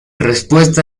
respuesta